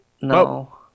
No